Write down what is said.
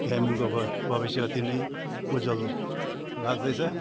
गेमिङको भ भविष्य अति नै उज्ज्वल लाग्दैछ